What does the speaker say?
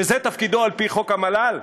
שזה תפקידו על-פי חוק המל"ל?